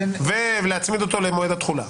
ולהצמיד אותו למועד התחולה.